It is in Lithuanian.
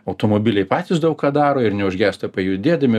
automobiliai patys daug ką daro ir neužgesta pajudėdami